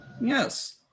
Yes